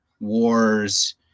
wars